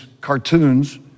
cartoons